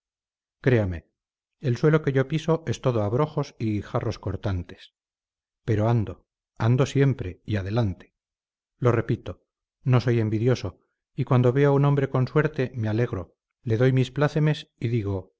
créame el suelo que yo piso es todo abrojos y guijarros cortantes pero ando ando siempre y adelante lo repito no soy envidioso y cuando veo a un hombre con suerte me alegro le doy mis plácemes y digo